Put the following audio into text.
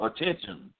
attention